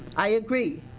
i agree,